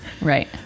Right